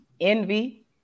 envy